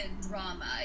drama